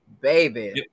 Baby